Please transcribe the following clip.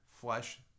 flesh